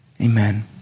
amen